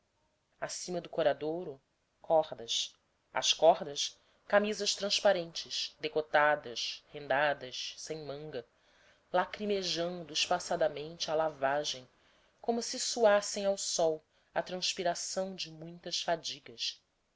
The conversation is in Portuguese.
acima do coradouro cordas às cordas camisas transparentes decotadas rendadas sem manga lacrimejando espaçadamente a lavagem como se suassem ao sol a transpiração de muitas fadigas